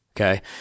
Okay